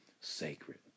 sacred